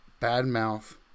badmouth